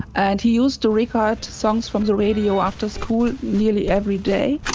and he used to record songs from the radio after school nearly every day